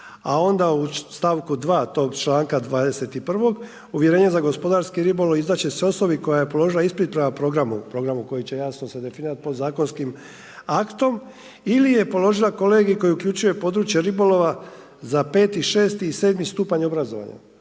a onda u stavku 2 tog članka 21. uvjerenje za gospodarski ribolov izdat će se osobi koja je položila ispit prema programu, programu koji će jasno se definirat po zakonskim aktom ili je položila kolegij koji uključuje područje ribolova za 5, 6 i 7 stupanj obrazovanja.